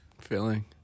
feeling